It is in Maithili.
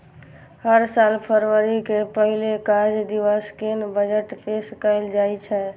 हर साल फरवरी के पहिल कार्य दिवस कें बजट पेश कैल जाइ छै